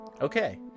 Okay